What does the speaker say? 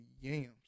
yams